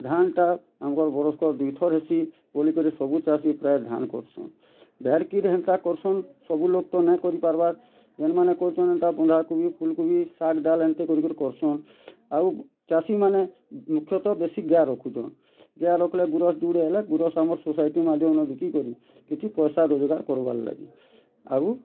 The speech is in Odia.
ଧାନ୍ ଟା ଆମକର୍ ବରଷ କର୍ ଦୁଇ ଥର ହେସି ବୋଲି କରି ସବୁ ଚାଷୀ ପ୍ରାୟ ଧାନ୍ କରସନ୍ କିରି ହେନ୍ତା କରସନ୍ ସବୁ ଲୋକ୍ ତ ନାଇଁ କରି ପାର୍ବାର୍ ଯେନ୍ ମାନେ କରୁଛନ୍ ତା ବନ୍ଧା କୋବି ଫୁଲ୍ କୋବି ଶାଗ୍ ଡାଲ୍ ଏନ୍ତା କରି କରି କରସନ୍ ଆଉ ଚାଷୀ ମାନେ ମୁଖ୍ୟତଃ ବେଶୀ ଗାଏ ରଖୁଛନ୍ ଗାଏ ରଖିଲେ ଗୁରସ ହେଲେ ଗୁରସ ଆମର୍ ସୋସାଇଟି ବିକି କରି କିଛି ପଇସା ରୋଜଗାର୍ କରିବାର୍ ଲାଗି ଆଗୁକୁ